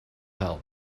held